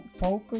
focus